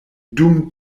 dum